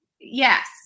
yes